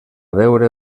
deure